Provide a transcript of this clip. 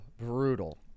brutal